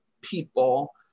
people